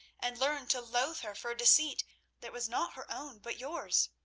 and learn to loath her for a deceit that was not her own, but yours.